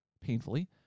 painfully